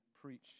preach